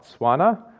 Botswana